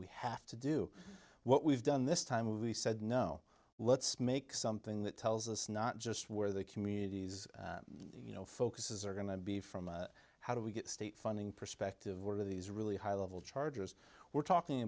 we have to do what we've done this time movie said no let's make something that tells us not just where the communities you know focus is are going to be from a how do we get state funding perspective were these really high level charges we're talking